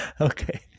Okay